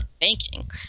banking